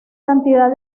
cantidad